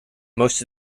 most